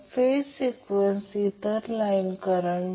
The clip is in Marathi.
आणि Vbn आणि Vbc मधील अँगल पुन्हा 30° आहे आणि Vca मधील अँगल 30° असेल